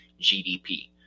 GDP